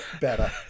Better